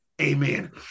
amen